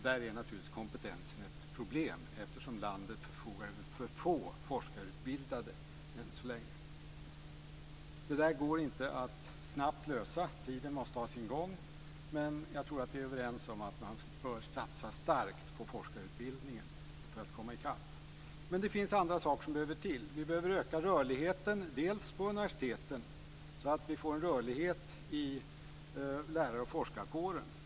Där är naturligtvis kompetensen ett problem, eftersom landet förfogar över för få forskarutbildade än så länge. Det går inte att lösa snabbt. Tiden måste ha sin gång. Men jag tror att vi är överens om att man bör satsa starkt på forskarutbildningen för att komma i kapp. Det finns också andra saker som behöver till. Vi behöver öka rörligheten på universiteten så att vi får en rörlighet i lärar och forskarkåren.